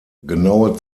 genaue